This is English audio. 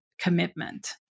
commitment